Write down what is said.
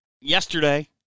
Yesterday